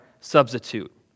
substitute